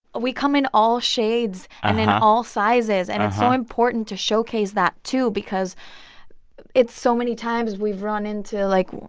we come in all shades and in all sizes. and it's um so important to showcase that, too, because it's so many times, we've run into, like,